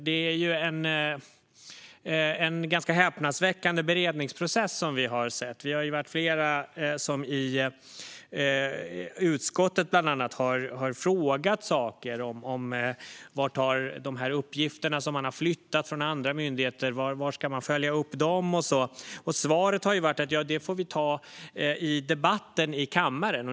Det är en ganska häpnadsväckande beredningsprocess som vi har sett. Vi är flera som i utskottet bland annat har frågat saker som: Var ska uppgifterna som man har flyttat från andra myndigheter följas upp? Svaret har varit att det får vi ta i debatten i kammaren.